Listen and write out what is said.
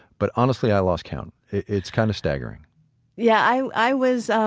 but honestly i lost count. it's kind of staggering yeah, i i was